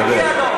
תודה רבה.